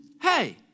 hey